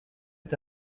est